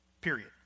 Period